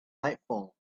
nightfall